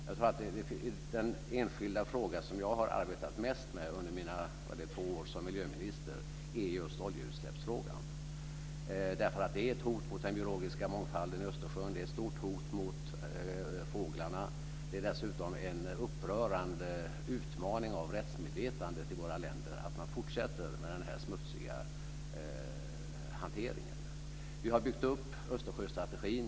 Jag tror att den enskilda fråga som jag har arbetat mest med under mina två år som miljöminister är just oljeutsläppsfrågan. Detta är ett hot mot den biologiska mångfalden i Östersjön. Det är ett stort hot mot fåglarna. Det är dessutom en upprörande utmaning av rättsmedvetandet i våra länder att man fortsätter med den här smutsiga hanteringen. Vi har byggt upp Östersjöstrategin.